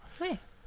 Nice